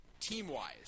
Team-wise